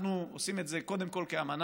אנחנו עושים את זה קודם כול כאמנה.